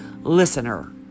listener